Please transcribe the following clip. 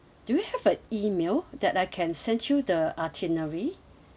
do you have a email that I can send you the itinerary